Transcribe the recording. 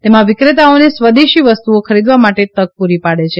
તેમાં વિક્રેતાઓને સ્વદેશી વસ્તુઓ ખરીદવા માટે તક પૂરી પાડે છે